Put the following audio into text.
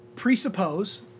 presuppose